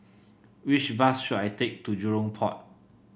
which bus should I take to Jurong Port